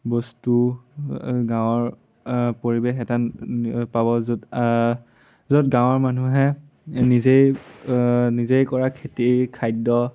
বস্তু গাঁৱৰ পৰিৱেশ এটা পাব য'ত য'ত গাঁৱৰ মানুহে নিজেই নিজেই কৰা খেতিৰ খাদ্য